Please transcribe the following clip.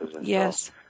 yes